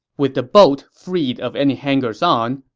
with the boat freed of any hangers-on,